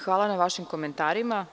Hvala na vašim komentarima.